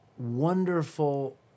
wonderful